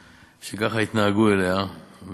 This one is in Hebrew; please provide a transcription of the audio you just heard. אתה הזכרת את הנביא ירמיהו.